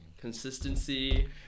Consistency